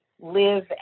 live